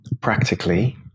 Practically